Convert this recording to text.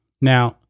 Now